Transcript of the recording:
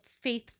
faith